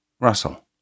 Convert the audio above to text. Russell